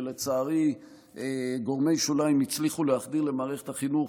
שלצערי גורמי שוליים הצליחו להחדיר למערכת החינוך,